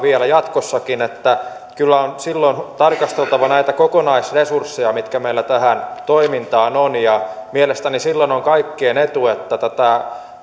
lisää vielä jatkossakin niin että kyllä on silloin tarkasteltava näitä kokonaisresursseja mitkä meillä tähän toimintaan on mielestäni silloin on kaikkien etu että tätä